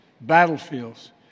battlefields